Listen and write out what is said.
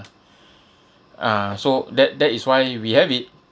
ah so that that is why we have it